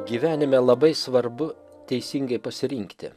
gyvenime labai svarbu teisingai pasirinkti